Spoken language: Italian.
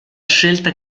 scelta